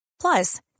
plus